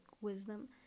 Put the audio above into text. wisdom